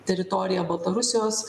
teritoriją baltarusijos